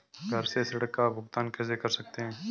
घर से ऋण का भुगतान कैसे कर सकते हैं?